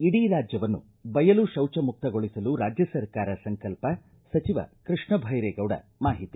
ಇಡೀ ರಾಜ್ಯವನ್ನು ಬಯಲು ಶೌಚ ಮುಕ್ತ ಗೊಳಿಸಲು ರಾಜ್ಯ ಸರ್ಕಾರ ಸಂಕಲ್ಪ ಸಚಿವ ಕೃಷ್ಣ ಭೈರೇಗೌಡ ಮಾಹಿತಿ